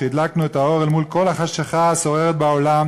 כשהדלקנו את האור אל מול כל החשכה השוררת בעולם